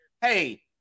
Hey